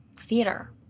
theater